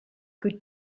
que